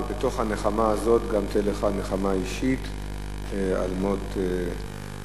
ובתוך הנחמה הזאת גם תהיה לך נחמה אישית על מות אביך,